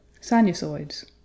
Sinusoids